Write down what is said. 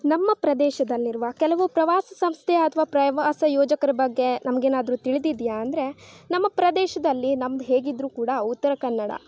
ನಮ್ಮ ಪ್ರದೇಶದಲ್ಲಿರುವ ಕೆಲವು ಪ್ರವಾಸಿ ಸಂಸ್ಥೆ ಅಥವಾ ಪ್ರವಾಸ ಯೋಜಕ್ರ ಬಗ್ಗೆ ನಮಗೇನಾದ್ರೂ ತಿಳ್ದಿದೆಯಾ ಅಂದರೆ ನಮ್ಮ ಪ್ರದೇಶದಲ್ಲಿ ನಮ್ದು ಹೇಗಿದ್ದರು ಕೂಡ ಉತ್ತರ ಕನ್ನಡ